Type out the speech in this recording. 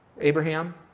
Abraham